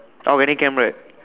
ah wedding camp right